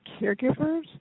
caregivers